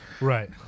Right